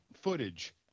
footage